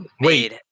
Wait